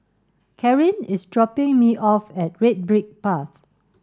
Karin is dropping me off at Red Brick Path